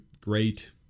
great